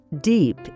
deep